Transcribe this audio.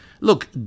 Look